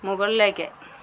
മുകളിലേക്ക്